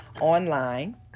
online